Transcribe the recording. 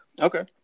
okay